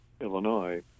Illinois